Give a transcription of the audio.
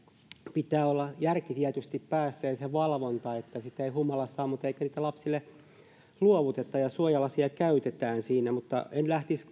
pitää olla järki tietysti päässä ja valvonta että ei humalassa ammuta eikä niitä lapsille luovuteta ja suojalaseja käytetään siinä mutta en lähtisi